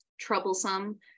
troublesome